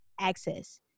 access